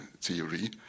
theory